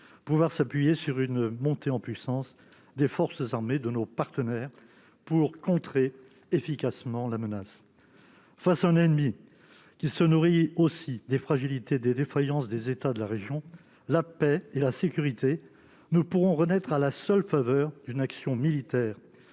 pouvoir s'appuyer sur la montée en puissance des forces armées de nos partenaires pour contrer efficacement la menace. Face à un ennemi qui se nourrit des fragilités et des défaillances des États de la région, la paix et la sécurité ne pourront renaître à la seule faveur d'une action militaire.